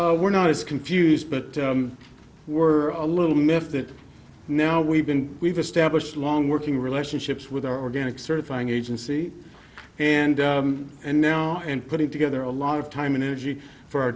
producer were not as confused but were a little miffed that now we've been we've established long working relationships with our organic certifying agency and and now and putting together a lot of time and energy for our